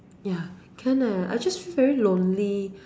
ya can leh I just feel very lonely